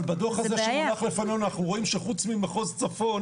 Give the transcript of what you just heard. אבל בדו"ח שמונח לפנינו אנחנו רואים שחוץ ממחוז צפון